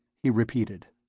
he repeated.